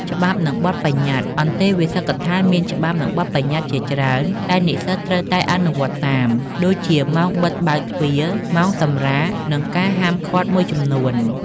ច្បាប់ និងបទប្បញ្ញត្តិ អន្តេវាសិកដ្ឋានមានច្បាប់ និងបទប្បញ្ញត្តិជាច្រើនដែលនិស្សិតត្រូវតែអនុវត្តតាម ដូចជាម៉ោងបិទបើកទ្វារ ម៉ោងសម្រាក និងការហាមឃាត់មួយចំនួន។